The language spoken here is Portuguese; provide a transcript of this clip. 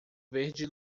verde